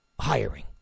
hiring